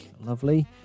Lovely